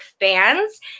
fans